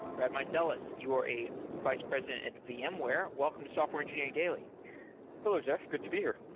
brad meiseles, you are a vice president at vmware. welcome to software engineering daily hello, jeff. good to be here.